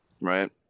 Right